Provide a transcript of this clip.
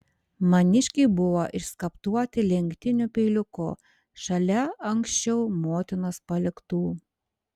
maniškiai buvo išskaptuoti lenktiniu peiliuku šalia anksčiau motinos paliktų